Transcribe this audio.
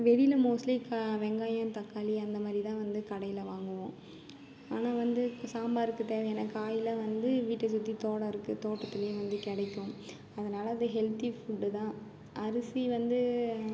வெளியில் மோஸ்ட்லி கா வெங்காயம் தக்காளி அந்த மாதிரிதான் வந்து கடையில் வாங்குவோம் ஆனால் வந்து சாம்பாருக்கு தேவையான காயெலாம் வந்து வீட்டை சுற்றி தோட்டம் இருக்குது தோட்டத்தில் வந்து கிடைக்கும் அதனாலே அது ஹெல்த்தி ஃபுட்டுதான் அரிசி வந்து